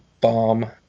bomb